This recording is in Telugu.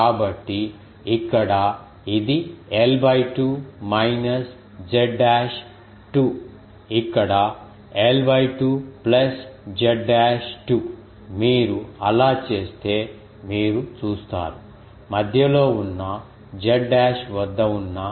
కాబట్టి ఇక్కడ ఇది l 2 మైనస్ z డాష్ 2 ఇక్కడ l 2 ప్లస్ z డాష్ 2 మీరు అలా చేస్తే మీరు చూస్తారు మధ్యలో ఉన్న z డాష్ వద్ద ఉన్న విషయం 0 కి సమానం